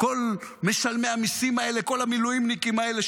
כל משלמי המיסים האלה, כל המילואימניקים האלה.